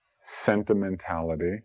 sentimentality